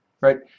right